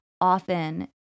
often